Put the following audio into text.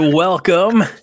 Welcome